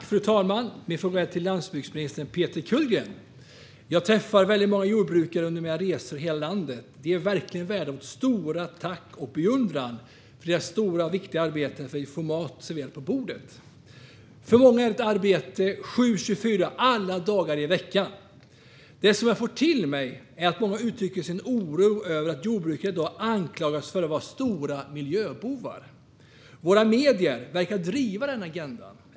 Fru talman! Min fråga är till landsbygdsminister Peter Kullgren. Jag träffar väldigt många jordbrukare under mina resor i hela landet. De är verkligen värda vårt stora tack och vår beundran för deras stora och viktiga arbete som gör att vi kan få mat serverad på bordet. För många är det ett arbete 24/7, alla dagar i veckan. Det som jag får till mig är att många uttrycker sin oro över att jordbruket i dag anklagas för att vara en stor miljöbov. Våra medier verkar driva den agendan.